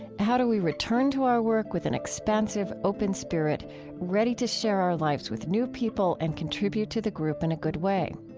how do we return to our work with an expansive open spirit ready to share our lives with new people and contribute to the group in a good way?